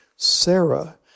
Sarah